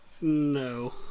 No